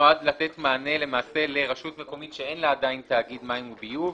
נועד לתת מענה למעשה לרשות מקומית שאין לה עדיין תאגיד מים וביוב,